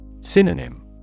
Synonym